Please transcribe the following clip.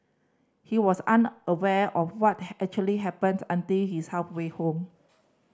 he was unaware of what had actually happened until he's halfway home